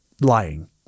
lying